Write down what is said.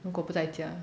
如果不在家